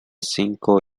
cinco